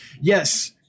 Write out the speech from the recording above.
Yes